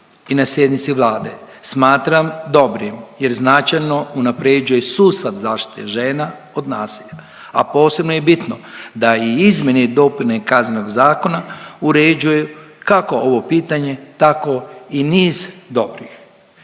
i na sjednici Vlade, smatram dobrim jer značajno unaprjeđuje sustav zaštite žena od nasilja, a posebno je bitno da i Izmjene i dopune Kaznenog zakona, uređuje kako ovo pitanje tako i niz dobrih.